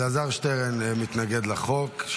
אלעזר שטרן מתנגד לחוק.